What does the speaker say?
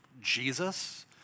Jesus